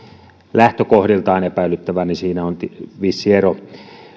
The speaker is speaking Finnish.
lähtökohdiltaan epäilyttävää siinä on vissi ero